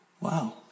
Wow